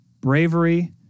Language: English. bravery